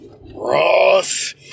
Ross